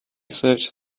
search